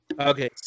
Okay